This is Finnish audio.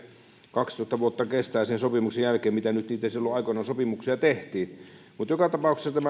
kaksitoista vuotta kestää sen sopimuksen jälkeen mitä niitä sopimuksia silloin aikoinaan tehtiin mutta joka tapauksessa